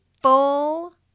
full